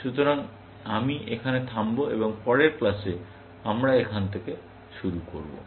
সুতরাং আমি এখানে থামব এবং পরের ক্লাসে আমরা এখান থেকে এটা শুরু করবো